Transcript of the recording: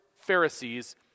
Pharisees